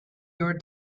your